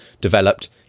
developed